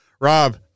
Rob